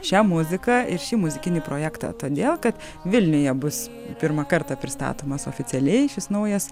šią muziką ir šį muzikinį projektą todėl kad vilniuje bus pirmą kartą pristatomas oficialiai šis naujas